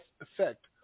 effect